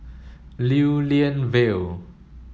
Lew Lian Vale